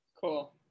cool